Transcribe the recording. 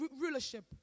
rulership